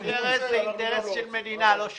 ה-CRS זה אינטרס של מדינה, לא שלי,